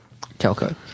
Telco